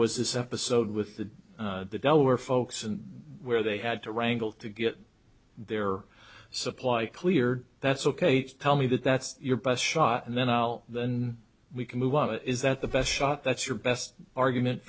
was this episode with the delaware folks and where they had to wrangle to get their supply cleared that's ok tell me that that's your best shot and then i'll then we can move on is that the best shot that's your best argument